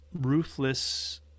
ruthless